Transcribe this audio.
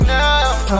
now